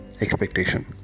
expectation